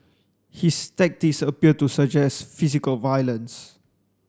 his tactics appear to suggest physical violence